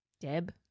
deb